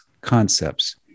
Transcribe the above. concepts